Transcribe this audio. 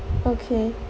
okay